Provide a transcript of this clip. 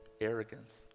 arrogance